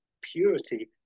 purity